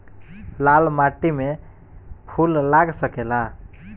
लाल माटी में फूल लाग सकेला?